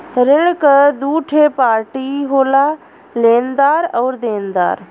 ऋण क दूठे पार्टी होला लेनदार आउर देनदार